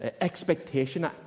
Expectation